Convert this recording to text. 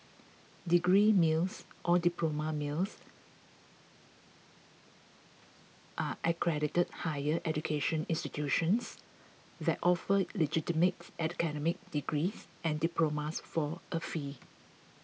degree mills or diploma mills are unaccredited higher education institutions that offer illegitimate academic degrees and diplomas for a fee